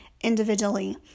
individually